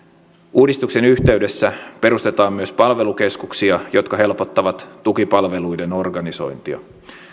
uudistuksen yhteydessä perustetaan myös palvelukeskuksia jotka helpottavat tukipalveluiden organisointia